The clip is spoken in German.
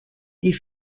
die